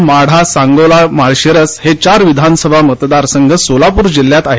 त्यातील करमाळामाढा सांगोला माळशिरस हे चार विधानसभा मतदार संघ सोलापूर जिल्ह्यात आहेत